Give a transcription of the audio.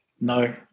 no